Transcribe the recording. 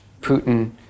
Putin